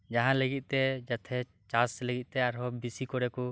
ᱡᱟᱦᱟᱸ ᱞᱟᱹᱜᱤᱫ ᱛᱮ ᱡᱟᱛᱮ ᱪᱟᱥ ᱞᱟᱹᱜᱤᱫ ᱛᱮ ᱟᱨᱦᱚᱸ ᱵᱮᱥᱤᱠᱚᱨᱮᱠᱩ